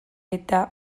eta